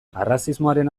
arrazismoaren